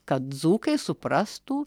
kad dzūkai suprastų